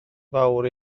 fawr